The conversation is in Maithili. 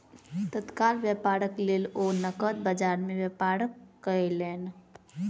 तत्काल व्यापारक लेल ओ नकद बजार में व्यापार कयलैन